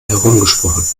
herumgesprochen